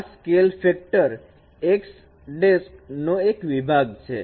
આ scale factor x' નો એક વિભાગ છે